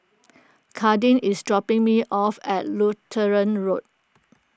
Kadin is dropping me off at Lutheran Road